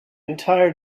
entire